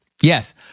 Yes